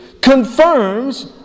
confirms